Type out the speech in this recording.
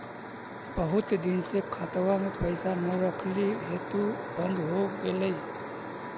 बहुत दिन से खतबा में पैसा न रखली हेतू बन्द हो गेलैय?